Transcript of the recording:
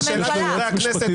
לשאלת חברי הכנסת,